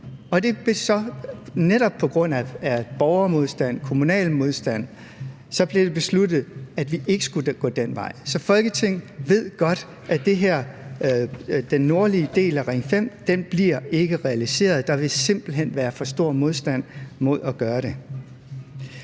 Netop på grund af borgermodstand og kommunal modstand blev det besluttet, at vi ikke skulle gå den vej. Så Folketinget ved godt, at den nordlige del af Ring 5 ikke bliver realiseret. Der vil simpelt hen være for stor modstand mod at gøre det.